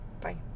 Bye